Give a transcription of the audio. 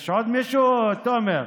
יש עוד מישהו, תומר?